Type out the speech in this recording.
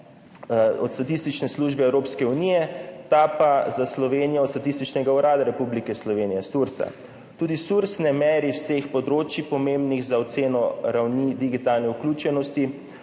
od Statistične službe Evropske unije, ta pa za Slovenijo od Statističnega urada Republike Slovenije, SURS. Tudi SURS ne meri vseh področij, pomembnih za oceno ravni digitalne vključenosti